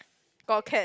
got cat